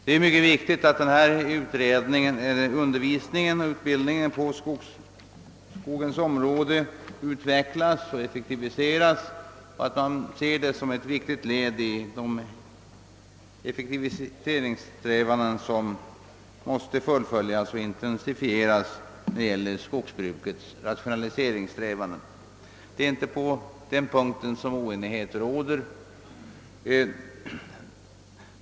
Det är viktigt att undervisningen och utbildningen på skogsområdet utvecklas och effektiviseras och att man ser detta som ett betydelsefullt led i de rationaliseringssträvanden som måste fullföljas när det gäller skogsbruket. Det är emellertid inte på denna punkt som oenighet råder.